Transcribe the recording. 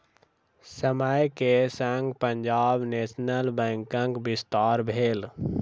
समय के संग पंजाब नेशनल बैंकक विस्तार भेल